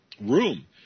room